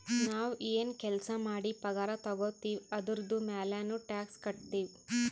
ನಾವ್ ಎನ್ ಕೆಲ್ಸಾ ಮಾಡಿ ಪಗಾರ ತಗೋತಿವ್ ಅದುರ್ದು ಮ್ಯಾಲನೂ ಟ್ಯಾಕ್ಸ್ ಕಟ್ಟತ್ತಿವ್